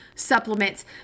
Supplements